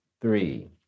three